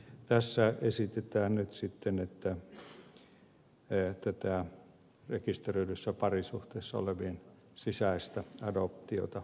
tässä esitetään nyt sitten rekisteröidyssä parisuhteessa olevien sisäistä adoptiota